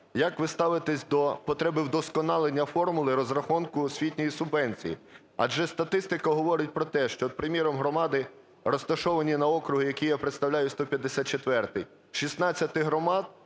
Як ви ставитесь до потреби вдосконалення формули розрахунку освітньої субвенції? Адже статистика говорить про те, що, приміром, громади, розташовані на окрузі, який я представляю, 154-й, з 16 громад